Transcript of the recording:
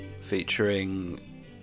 featuring